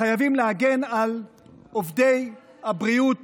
חייבים להגן על עובדי הבריאות